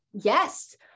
yes